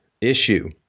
issue